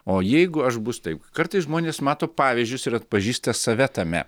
o jeigu aš bus taip kartais žmonės mato pavyzdžius ir atpažįsta save tame